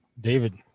David